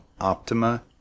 optima